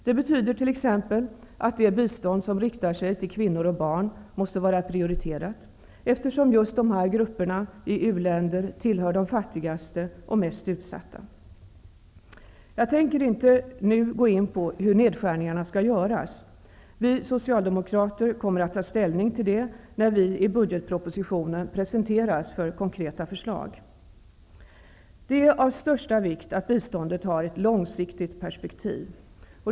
Det betyder t.ex. att det bistånd som riktar sig till kvinnor och barn måste vara prioriterat, eftersom kvinnor och barn i u-länder tillhör de fattigaste och mest utsatta. Jag tänker inte nu gå in på hur nedskärningarna skall göras. Vi Socialdemokrater kommer att ta ställning till detta när vi i budgetpropositionen presenteras konkreta förslag. Det är av största vikt att biståndet har ett långsiktigt perspektiv.